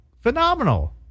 Phenomenal